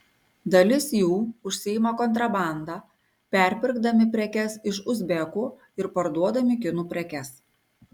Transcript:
dalis jų užsiima kontrabanda perpirkdami prekes iš uzbekų ir parduodami kinų prekes